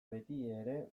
betiere